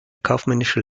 kaufmännische